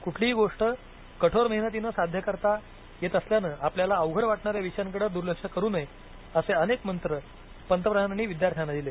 कुठलीही गोष्ट कठोर मेहनतीनं साध्य करू शकता येत असल्यानं आपल्याला अवघड वाटणाऱ्या विषयांकडे दुर्लक्ष करू नये असे अनेक मंत्र पंतप्रधानांनी विद्यार्थ्यांना दिले